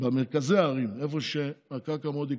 במרכזי הערים, איפה שהקרקע מאוד יקרה.